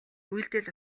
үйлдэл